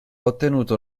ottenuto